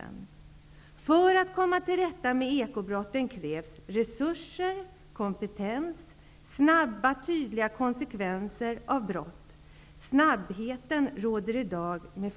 För att man skall komma till rätta med ekobrotten krävs resurser, kompetens och snabba tydliga konsekvenser av brott. Snabbheten lyser i dag med